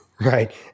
Right